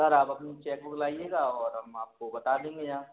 sir आप अपनी cheque book लाइएगा और हम आपको बता देंगे यहाँ